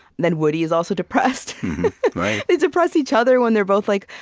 then woody is also depressed. right they depress each other when they're both like,